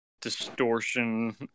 distortion